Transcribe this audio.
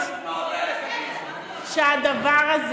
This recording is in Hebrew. הציבור,